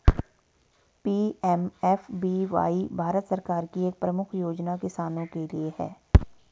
PMFBY Bharat सरकार की एक प्रमुख योजना किसानों के लिए है